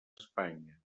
espanya